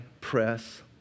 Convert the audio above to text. press